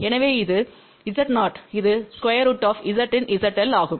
எனவே இது Z0 இது √Z¿ ZL ஆகும்